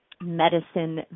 medicine